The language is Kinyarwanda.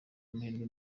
amahirwe